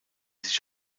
sich